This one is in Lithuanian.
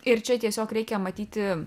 ir čia tiesiog reikia matyti